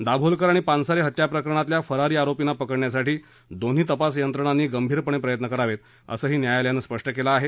दाभोळकर आणि पानसरे हत्या प्रकरणातल्या फरारी आरोपींना पकडण्यासाठी दोन्ही तपास यंत्रणांनी गंभीर पणे प्रयत्न करावेत असेही न्यायालयानं म्हटलं आहे